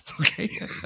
Okay